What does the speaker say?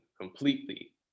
completely